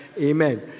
Amen